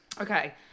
Okay